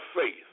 faith